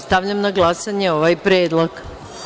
Stavljam na glasanje ovaj predlog.